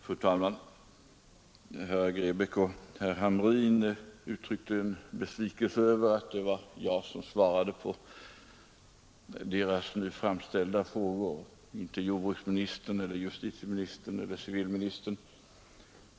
Fru talman! Herr Grebäck och herr Hamrin uttryckte en besvikelse över att det var jag som svarade på deras nu framställda frågor och inte jordbruksministern eller justitieministern eller civilministern.